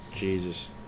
Jesus